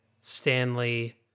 Stanley